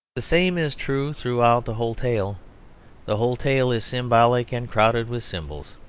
the same is true throughout the whole tale the whole tale is symbolic and crowded with symbols.